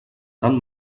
tant